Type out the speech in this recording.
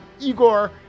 Igor